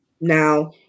Now